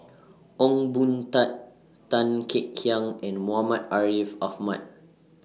Ong Boon Tat Tan Kek Hiang and Muhammad Ariff Ahmad